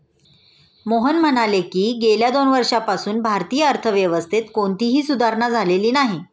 मोहन म्हणाले की, गेल्या दोन वर्षांपासून भारतीय अर्थव्यवस्थेत कोणतीही सुधारणा झालेली नाही